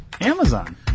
Amazon